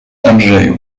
andrzeju